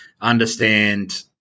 understand